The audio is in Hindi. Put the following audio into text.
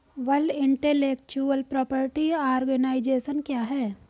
वर्ल्ड इंटेलेक्चुअल प्रॉपर्टी आर्गनाइजेशन क्या है?